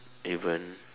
even